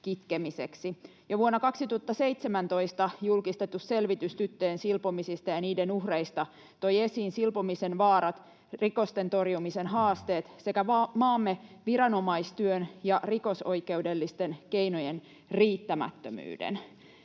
Jo vuonna 2017 julkistettu selvitys tyttöjen silpomisista ja niiden uhreista toi esiin silpomisen vaarat, rikosten torjumisen haasteet sekä maamme viranomaistyön ja rikosoikeudellisten keinojen riittämättömyyden.